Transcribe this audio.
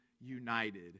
united